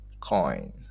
coin